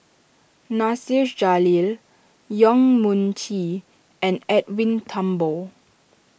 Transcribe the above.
Nasir Jalil Yong Mun Chee and Edwin Thumboo